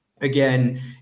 again